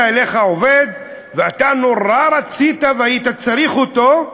אליך עובד ואתה נורא רצית והיית צריך אותו,